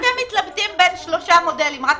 נסכם את זה: אתם מתלבטים בין שלושה מודלים: